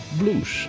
blues